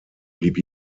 blieb